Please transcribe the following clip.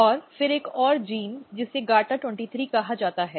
और फिर एक और जीन जिसे GATA23 कहा जाता है